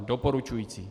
Doporučující.